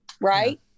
right